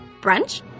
Brunch